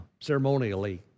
ceremonially